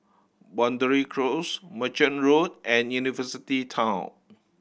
Boundary Close Merchant Road and University Town